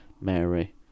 Mary